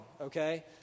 okay